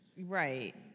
Right